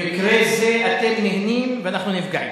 במקרה זה אתם נהנים ואנחנו נפגעים,